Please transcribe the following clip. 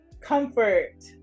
comfort